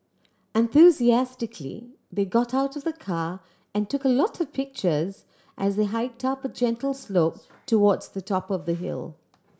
enthusiastically they got out of the car and took a lot of pictures as they hiked up a gentle slope towards the top of the hill